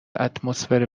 اتمسفر